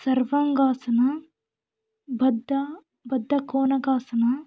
ಸರ್ವಾಂಗಾಸನ ಬದ್ದ ಬದ್ಧಕೋನಕಾಸನ